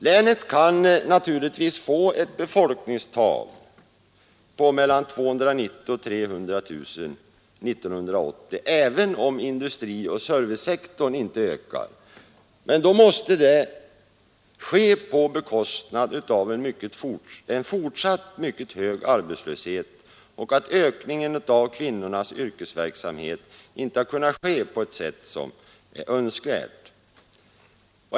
Länet kan naturligtvis få ett befolkningstal på mellan 290 000 och 300 000 år 1980, även om industrioch servicesektorn inte ökar, men då måste det ske till priset av en fortsatt mycket hög arbetslöshet och att ökningen av kvinnornas yrkesverksamhet inte kan ske på ett sätt som är önskvärt.